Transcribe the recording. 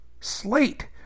slate